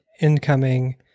incoming